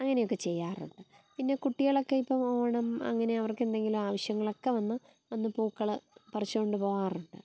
അങ്ങനെയൊക്കെ ചെയ്യാറുണ്ട് പിന്നെ കുട്ടികളൊക്കെ ഇപ്പം ഓണം അങ്ങനെ അവർക്കെന്തെങ്കിലും ആവശ്യങ്ങളൊക്കെ വന്ന് പൂക്കൾ പറിച്ചോണ്ട് പോകാറുണ്ട്